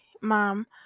mom